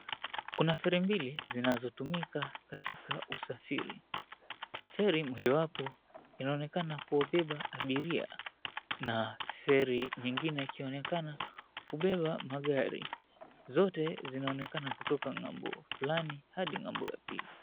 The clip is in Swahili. Kuna feri mbili zinazotumika katika usafiri. Feri mojawapo inaonekana kubeba abiria, na feri nyingine ikionekana kubeba magari. Zote zinaonekana kutoka ng'ambo fulani hadi ng'ambo ya pili.